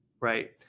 right